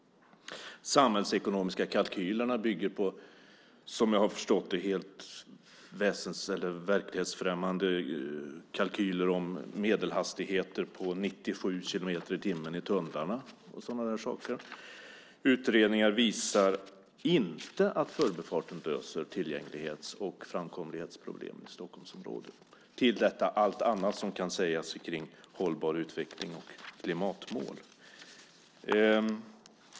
De samhällsekonomiska kalkylerna bygger som jag har förstått det på helt verklighetsfrämmande kalkyler om medelhastigheter på 97 kilometer i timmen i tunnlarna och sådana saker. Utredningar visar inte att förbifarten löser tillgänglighets och framkomlighetsproblemen i Stockholmområdet. Till detta kommer allt annat som kan sägas om hållbar utveckling och klimatmål.